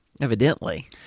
Evidently